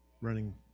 running